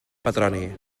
petroni